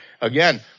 Again